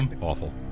awful